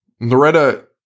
Loretta